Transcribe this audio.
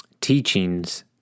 teachings